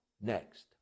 next